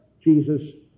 Jesus